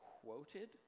quoted